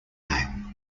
name